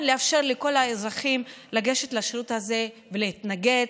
האפשרות לכל האזרחים לגשת לשירות הזה ולהתנגד,